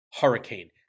Hurricane